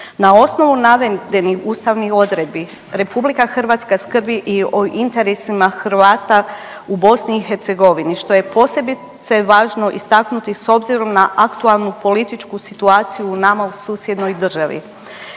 Na osnovu navedenih ustavnih odredbi Republika Hrvatska skrbi i o interesima Hrvata u BiH što je posebice važno istaknuti s obzirom na aktualnu političku situaciju nama u susjednoj državi.